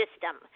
system